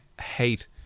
hate